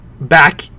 back